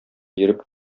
йөреп